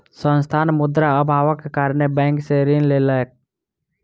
संस्थान, मुद्रा अभावक कारणेँ बैंक सॅ ऋण लेलकै